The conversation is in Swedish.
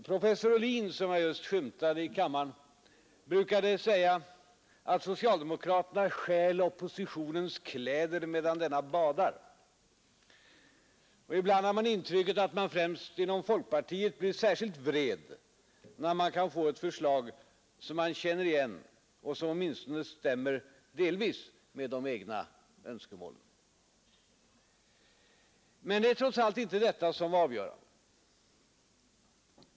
Professor Ohlin, som jag just skymtade i kammaren, brukar säga att socialdemokraterna ”stjäl oppositionens kläder medan denna badar”. Ibland verkar det som om man främst inom folkpartiet blir särskilt vred när man får ett förslag som man känner igen och som stämmer åtminstone delvis med de egna önskemålen. Men det var trots allt inte detta som var avgörande.